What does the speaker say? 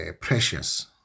precious